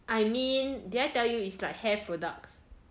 I mean did I tell you is like hair products